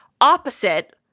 opposite